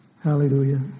Hallelujah